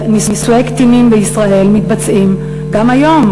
נישואי קטינים בישראל מתבצעים גם היום.